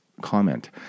comment